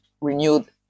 renewed